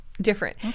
Different